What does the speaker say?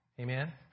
Amen